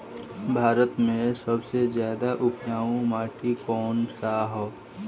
भारत मे सबसे ज्यादा उपजाऊ माटी कउन सा ह?